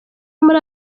muri